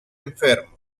enfermo